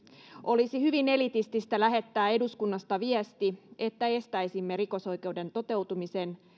olisi hyvin elitististä lähettää eduskunnasta viesti että estäisimme rikosoikeuden toteutumisen